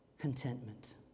contentment